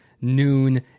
noon